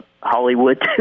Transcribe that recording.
Hollywood